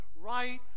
right